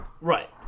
Right